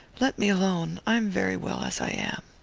let me alone i am very well as i am.